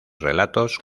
relatos